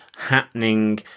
happening